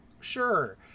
Sure